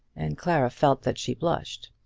and clara felt that she blushed.